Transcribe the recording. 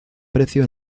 precio